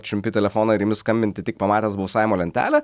čiumpi telefoną ir imi skambinti tik pamatęs balsavimo lentelę